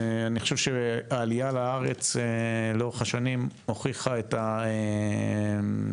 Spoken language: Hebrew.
אני חושב שהעלייה לארץ לאורך השנים הוכיחה גם כאן,